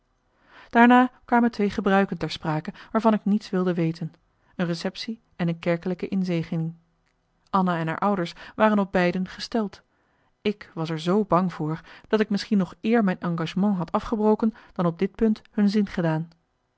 daarna kwamen twee gebruiken ter sprake waarvan ik niets wilde weten een receptie en een kerkelijke inzegening anna en haar ouders waren op beiden gesteld ik was er z bang voor dat ik mischien nog eer mijn engagement had afgebroken dan op dit punt hun zin gedaan